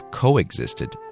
coexisted